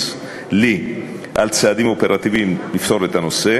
לי על צעדים אופרטיביים לפתור את הנושא,